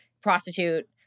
prostitute